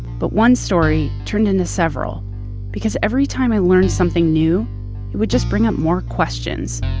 but one story turned into several because every time i learned something new, it would just bring up more questions,